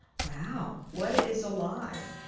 wow. what is alive?